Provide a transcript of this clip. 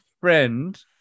friend